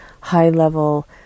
high-level